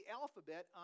alphabet